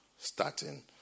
Starting